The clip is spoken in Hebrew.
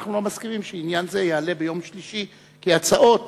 אנחנו לא מסכימים שעניין זה יעלה ביום שלישי כי הצעות